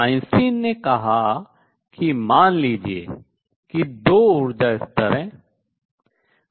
Einstein ने कहा कि मान लीजिए कि दो ऊर्जा स्तर हैं